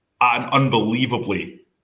unbelievably